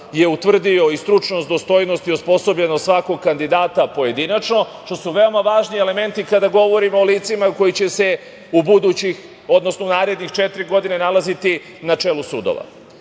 je utvrdio i stručnost, dostojnosti i osposobljenost svakog kandidata pojedinačno što su veoma važni elementi kada govorimo o licima koji će se u budućih, odnosno u narednih četiri godina nalaziti i na čelu sudova. Zato